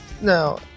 Now